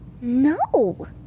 No